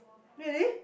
really